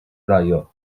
dryer